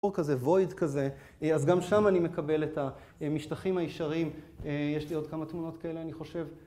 כזה וויד כזה. אז גם שם אני מקבל את המשטחים הישרים, יש לי עוד כמה תמונות כאלה אני חושב.